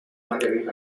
entrena